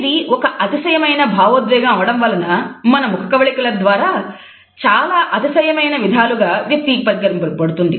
ఇది ఒక అతిశయమైన భావోద్వేగం అవ్వడం వలన మన ముఖకవళికల ద్వారా చాలా అతిశయమైన విధాలుగా వ్యక్తీకరింపబడుతుంది